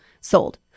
sold